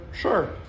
Sure